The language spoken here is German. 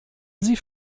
sie